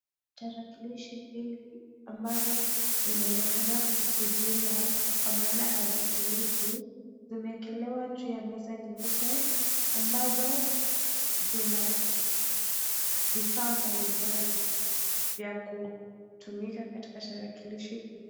Tarakilishi mbili ambazo zinaonekana kuzimwa kwa maana hazitumiki. Zimeekelewa juu ya meza nyeupe ambazo zina vifaa mbalimbali vya kutumika katika tarakilishi hii.